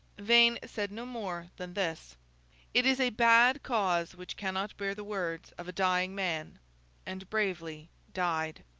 vane said no more than this it is a bad cause which cannot bear the words of a dying man and bravely died.